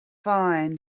fine